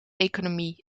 economie